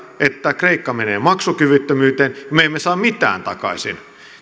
että kreikka menee maksukyvyttömyyteen ja me emme saa mitään takaisin